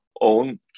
own